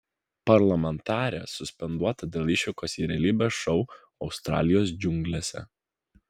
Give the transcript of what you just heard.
parlamentarė suspenduota dėl išvykos į realybės šou australijos džiunglėse